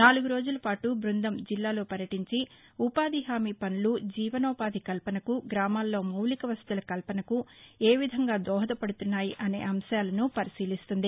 నాలుగు రోజుల పాటు బృందం జిల్లాలో పర్యటించి ఉపాధి హామీ పనులు జీవనోపాధి కల్పనకు గ్రామాల్లో మౌలిక వసతుల కల్పనకు ఏ విధంగా దోహద పడుతున్నాయి అనే అంశాలను పరిశీలిస్తుంది